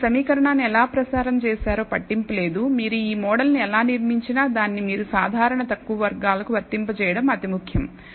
మీరు ఈ సమీకరణాన్ని ఎలా ప్రసారం చేసారో పట్టింపు లేదు మీరు ఈ మోడల్ ను ఎలా నిర్మించినా దాన్ని మీరు సాధారణ తక్కువ వర్గాలకు వర్తింపచేయడం అతి ముఖ్యం